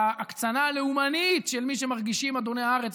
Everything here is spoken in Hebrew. להקצנה הלאומנית של מי שמרגישים אדוני הארץ.